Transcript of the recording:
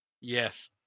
Yes